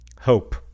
Hope